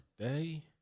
today